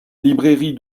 librairie